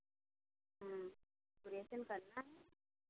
हाँ डेकोरेशन करना है